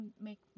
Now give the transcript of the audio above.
make